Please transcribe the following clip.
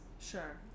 Sure